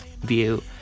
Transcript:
view